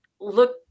look